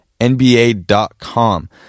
NBA.com